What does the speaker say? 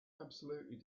absolutely